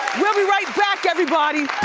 we'll be right back, everybody.